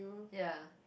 ya